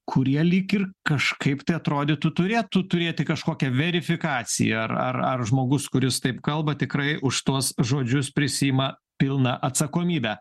kurie lyg ir kažkaip tai atrodytų turėtų turėti kažkokią verifikaciją ar ar žmogus kuris taip kalba tikrai už tuos žodžius prisiima pilną atsakomybę